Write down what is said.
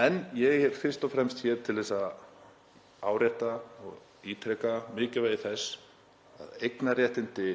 en ég er fyrst og fremst hér til að árétta og ítreka mikilvægi þess að eignarréttindi